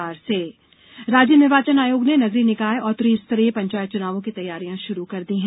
पंचायत चुनाव राज्य निर्वाचन आयोग ने नगरीय निकाय और त्रि स्तरीय पंचायत चुनावों की तैयारियां शुरू कर दी हैं